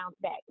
back